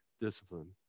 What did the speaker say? discipline